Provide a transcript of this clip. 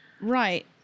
Right